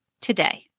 today